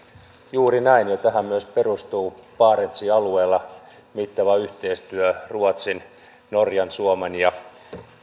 juuri näin ja tähän myös perustuu barentsin alueella mittava yhteistyö ruotsin norjan suomen ja